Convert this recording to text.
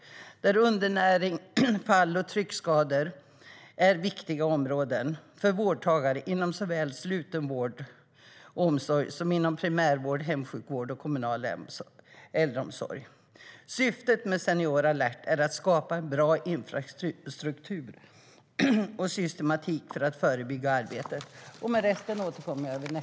Undernäring, fall och tryckskador är viktiga områden för vårdtagare inom såväl sluten vård och omsorg som inom primärvård, hemsjukvård och kommunal äldreomsorg. Syftet med Senior alert är att skapa en bra infrastruktur och systematik för det förebyggande arbetet.